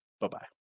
Bye-bye